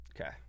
Okay